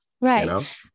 right